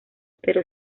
pero